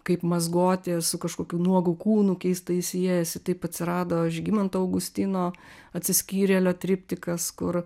kaip mazgotė su kažkokiu nuogu kūnu keistai siejasi taip atsirado žygimanto augustino atsiskyrėlio triptikas kur